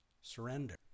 Surrender